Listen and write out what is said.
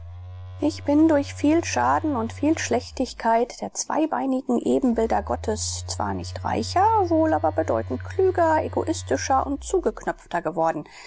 ich bin durch viel schaden und viel schlechtigkeit der zweibeinigen ebenbilder gottes zwar nicht reicher wohl aber bedeutend klüger egoistischer und zugeknöpfter geworden